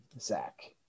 Zach